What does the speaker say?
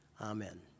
Amen